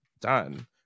done